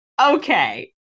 Okay